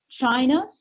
China